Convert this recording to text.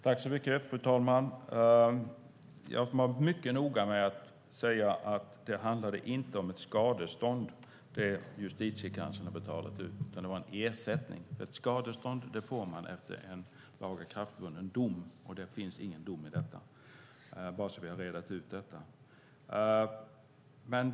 Fru talman! Jag var mycket noga med att säga att det som JK har betalat ut inte handlade om ett skadestånd utan om en ersättning. Ett skadestånd får man efter en lagakraftvunnen dom, och det finns ingen dom i detta, bara så att vi har rett ut det.